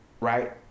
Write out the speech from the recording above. right